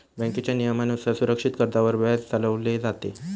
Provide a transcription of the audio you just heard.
बँकेच्या नियमानुसार सुरक्षित कर्जावर व्याज चालवले जाते